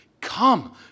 Come